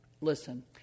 Listen